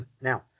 Now